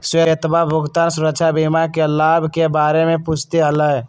श्वेतवा भुगतान सुरक्षा बीमा के लाभ के बारे में पूछते हलय